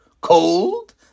cold